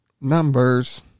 Numbers